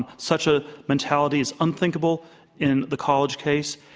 um such a mentality is unthinkable in the college case.